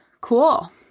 Cool